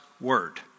word